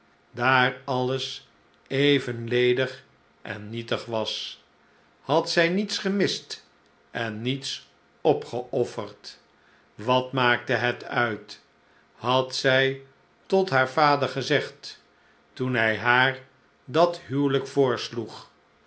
daar alles even ledig en nietig was had zij niets gemist en niets opgeofferd wat maakte het uit had zij tot haar vader gezegd toen hij haar dat